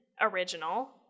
original